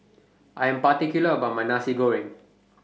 I Am particular about My Nasi Goreng